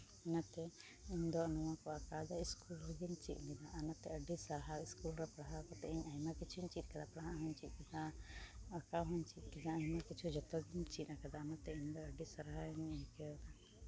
ᱚᱱᱟᱛᱮ ᱤᱧᱫᱚ ᱱᱚᱣᱟ ᱠᱚ ᱟᱸᱠᱟᱣ ᱟᱞᱮ ᱥᱠᱩᱞ ᱨᱮᱜᱮᱧ ᱪᱮᱫ ᱞᱮᱫᱟ ᱟᱨ ᱱᱟᱛᱮ ᱟᱹᱰᱤ ᱥᱟᱦᱟᱨ ᱥᱠᱩᱞ ᱨᱮ ᱯᱟᱲᱦᱟᱣ ᱠᱟᱛᱮ ᱤᱧ ᱟᱭᱢᱟ ᱠᱤᱪᱷᱩᱧ ᱪᱮᱫ ᱠᱟᱫᱟ ᱯᱟᱲᱦᱟᱜ ᱦᱚᱸᱧ ᱪᱮᱫ ᱠᱟᱫᱟ ᱟᱸᱠᱟᱣ ᱦᱚᱸᱧ ᱪᱮᱫ ᱠᱮᱫᱟ ᱟᱭᱢᱟ ᱠᱤᱪᱷᱩ ᱡᱚᱛᱚᱜᱮᱧ ᱪᱮᱫ ᱠᱟᱫᱟ ᱚᱱᱟᱛᱮ ᱤᱧᱫᱚ ᱟᱹᱰᱤ ᱥᱟᱨᱦᱟᱣ ᱤᱧ ᱟᱹᱭᱠᱟᱹᱣᱮᱫᱟ